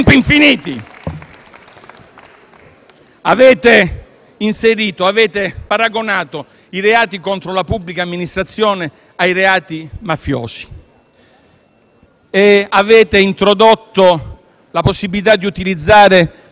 Avete inserito i reati contro la pubblica amministrazione paragonandoli a quelli mafiosi. Avete introdotto la possibilità di utilizzare l'agente sotto copertura,